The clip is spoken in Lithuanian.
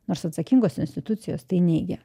nors atsakingos institucijos tai neigia